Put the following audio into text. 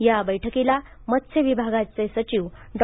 या बैठकीला मत्स्य विभागाचे सचिवडॉ